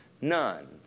None